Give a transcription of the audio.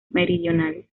meridionales